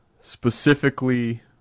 specifically